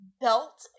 belt